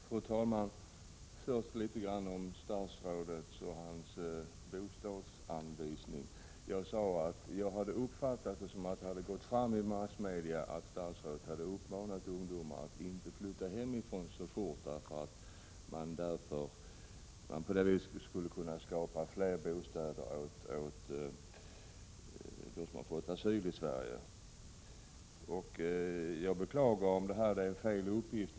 Fru talman! Först litet om statsrådets uttalanden om bostadsanvisning. Jag har uppfattat det så att det gått ut i massmedia att statsrådet uppmanat ungdomar att inte flytta hemifrån så fort för att man på så sätt skulle kunna skapa fler bostäder åt dem som fått asyl i Sverige. Jag beklagar om det är en felaktig uppgift.